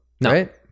right